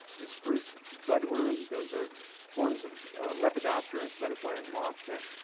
the spruce bud worm, those are forms of lepidoptera, butterfly and moth, that